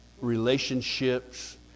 relationships